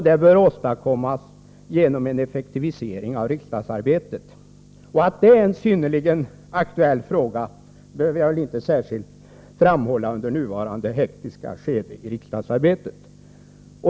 Det bör åstadkommas genom en effektivisering av riksdagsarbetet — att detta är en synnerligen aktuell fråga behöver jag väl inte särskilt framhålla under nuvarande hektiska skede i riksdagsarbetet.